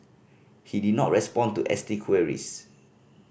he did not respond to S T queries